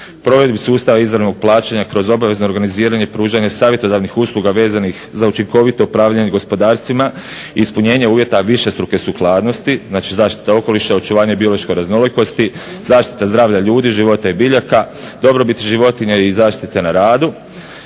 provedbi sustava izravnog plaćanja kroz obavezno organiziranje i pružanje savjetodavnih usluga vezanih za učinkovito upravljanje gospodarstvima i ispunjenje uvjeta višestruke sukladnosti. Znači, zaštita okoliša, očuvanje biološke raznolikosti, zaštita zdravlja ljudi, života i biljaka, dobrobit životinja i zaštite na radu.